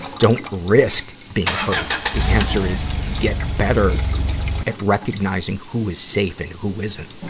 don't risk being hurt. the answer is, get better at recognizing who is safe and who isn't.